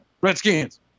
Redskins